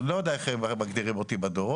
לא יודע איך הם מגדירים אותי בדורות,